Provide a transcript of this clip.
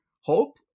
hope